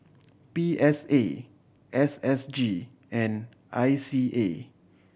P S A S S G and I C A